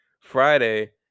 Friday